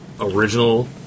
Original